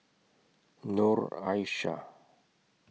Noor Aishah